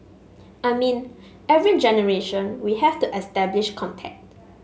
I mean every generation we have to establish contact